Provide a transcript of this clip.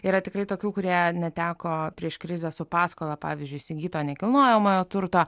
yra tikrai tokių kurie neteko prieš krizę su paskola pavyzdžiui įsigyto nekilnojamojo turto